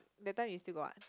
that time you still got what